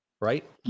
right